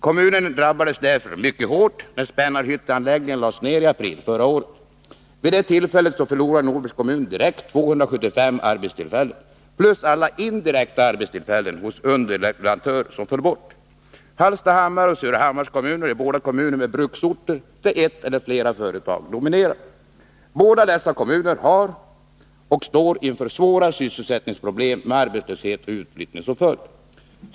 Kommunen drabbades därför mycket hårt när Spännarhytteanläggningen lades ner i april förra året. Vid detta tillfälle förlorade Norbergs kommun direkt 275 arbetstillfällen plus alla indirekta arbetstillfällen hos underleverantörer som föll bort. Hallstahammars och Surahammars kommuner är båda kommuner med bruksorter där ett eller flera företag dominerar. Båda dessa kommuner har och kommer att få svåra sysselsättningsproblem med arbetslöshet och utflyttning som följd.